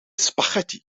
spaghetti